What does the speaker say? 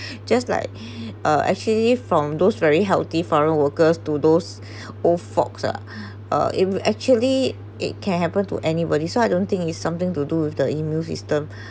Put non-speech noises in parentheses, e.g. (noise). just like (breath) uh actually from those very healthy foreign workers to those (breath) old folks ah (breath) it actually it can happen to anybody so I don't think it's something to do with the immune system (breath)